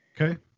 Okay